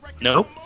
Nope